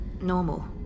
Normal